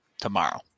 tomorrow